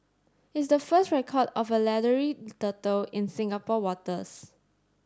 it's the first record of a leathery turtle in Singapore waters